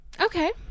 okay